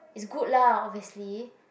it's good lah obviously